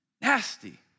nasty